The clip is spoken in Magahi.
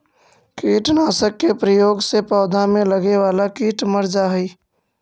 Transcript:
कीटनाशक के प्रयोग से पौधा में लगे वाला कीट मर जा हई